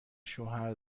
شوهر